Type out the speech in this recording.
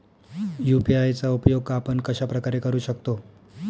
UPI चा उपयोग आपण कशाप्रकारे करु शकतो?